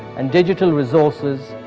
and digital resources,